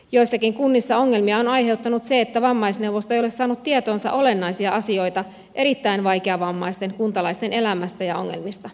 joissakin kunnissa ongelmia on aiheuttanut se että vammaisneuvosto ei ole saanut tietoonsa olennaisia asioita erittäin vaikeavammaisten kuntalaisten elämästä ja ongelmista